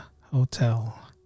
Hotel